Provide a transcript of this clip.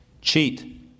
cheat